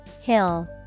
Hill